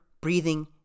breathing